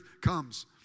comes